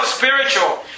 spiritual